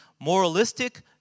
Moralistic